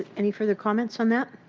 any further comments on that?